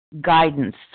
guidance